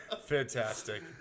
Fantastic